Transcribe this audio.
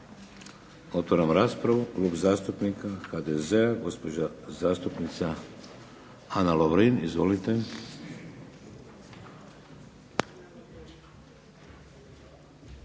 Otvaram raspravu. Klub zastupnika HDZ-a gospođa zastupnika Ana Lovrin. Izvolite.